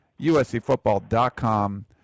uscfootball.com